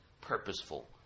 purposeful